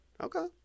Okay